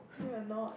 no you're not